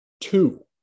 two